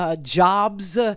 jobs